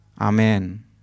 amen